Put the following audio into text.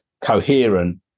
coherent